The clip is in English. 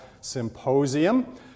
Symposium